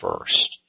first